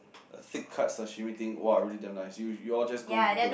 a thick cut sashimi thing !wah! really damn nice you you all just go google it